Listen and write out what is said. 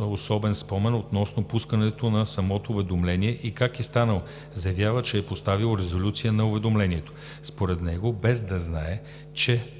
особен спомен относно пускането на самото уведомление и как е станало – заявява, че е поставил резолюция на уведомлението според него, без да знае, че